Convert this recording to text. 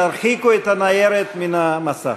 תרחיקו את הניירת מן המסך.